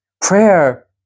Prayer